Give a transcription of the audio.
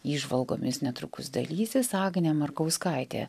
įžvalgomis netrukus dalysis agnė markauskaitė